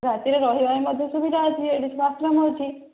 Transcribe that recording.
ରାତିରେ ରହିବା ମଧ୍ୟ ସୁବିଧା ଅଛି ଏଇଠି ସବୁ ଆଶ୍ରମ ଅଛି